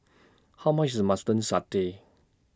How much IS Satay